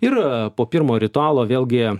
ir po pirmo ritualo vėlgi